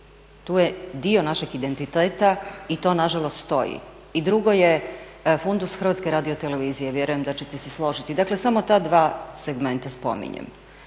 tu je dio našeg identiteta i to nažalost stoji. I drugo je fundus Hrvatske radiotelevizije. Vjerujem da ćete se složiti. Dakle samo ta dva segmenta spominjem.